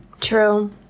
True